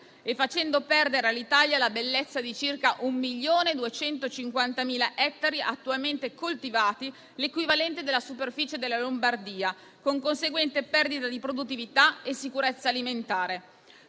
e facendo perdere all'Italia la bellezza di circa 1.250.000 ettari attualmente coltivati, l'equivalente della superficie della Lombardia, con conseguente perdita di produttività e sicurezza alimentare;